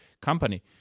company